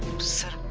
set